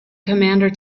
commander